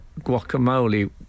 guacamole